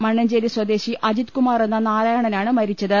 മണ്ണഞ്ചേരി സ്വദേശി അജിത്കുമാറെന്ന നാരാ യണനാണ് മരിച്ചത്